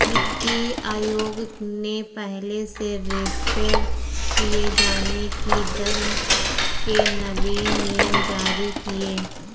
वित्तीय आयोग ने पहले से रेफेर किये जाने की दर के नवीन नियम जारी किए